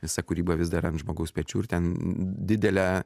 visa kūryba vis dar ant žmogaus pečių ir ten didelę